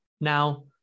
Now